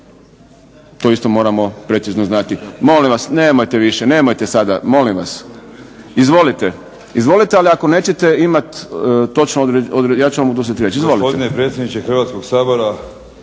to isto moramo precizno znati. Molim vas nemojte više, nemojte sada, molim vas. Izvolite, izvolite ali ako nećete imati točno ja ću vam oduzeti riječ.